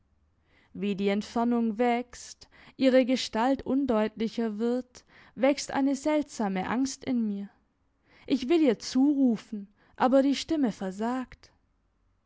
wie die entfernung wächst ihre gestalt undeutlicher wird wächst eine seltsame angst in mir ich will ihr zurufen aber die stimme versagt